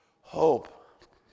hope